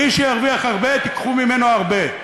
מי שירוויח הרבה, תיקחו ממנו הרבה.